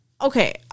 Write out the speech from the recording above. Okay